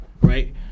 right